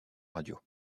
radio